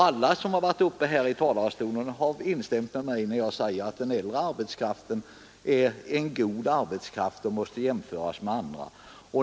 Alla som har varit uppe i talarstolen har instämt med mig i att den äldre arbetskraften är en god arbetskraft och måste jämföras med andra.